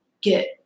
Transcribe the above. get